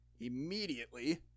immediately –